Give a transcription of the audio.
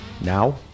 Now